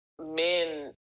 men